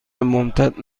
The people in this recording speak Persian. ممتد